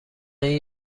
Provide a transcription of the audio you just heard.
این